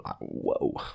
whoa